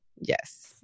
Yes